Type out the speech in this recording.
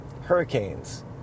hurricanes